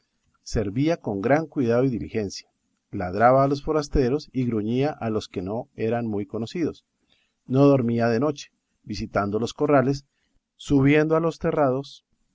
servía con gran cuidado y diligencia ladraba a los forasteros y gruñía a los que no eran muy conocidos no dormía de noche visitando los corrales subiendo a los terrados